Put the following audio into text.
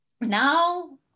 now